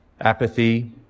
Apathy